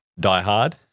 diehard